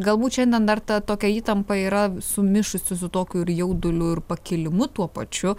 galbūt šiandien dar ta tokia įtampa yra sumišusi su tokiu ir jauduliu ir pakilimu tuo pačiu